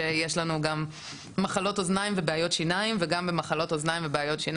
שיש להם גם מחלות אוזניים ובעיות שיניים וגם במקרים כאלה